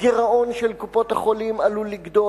הגירעון של קופות-החולים עלול לגדול,